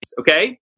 Okay